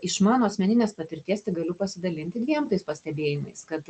iš mano asmeninės patirties tai galiu pasidalinti dviem tais pastebėjimais kad